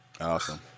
Awesome